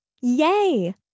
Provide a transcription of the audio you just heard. Yay